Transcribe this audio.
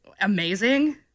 amazing